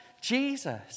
Jesus